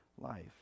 life